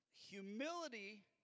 Humility